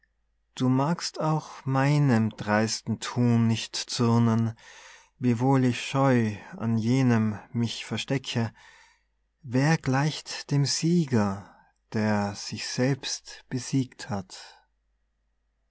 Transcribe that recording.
du magst auch meinem dreisten thun nicht zürnen wiewohl ich scheu an jenem mich verstecke wer gleicht dem sieger der sich selbst besiegt hat